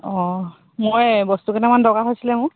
অঁ মই বস্তুকেইটামান দৰকাৰ হৈছিলে মোৰ